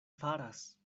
faras